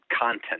content